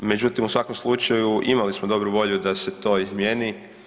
Međutim, u svakom slučaju, imali smo dobru volju da se to izmijeni.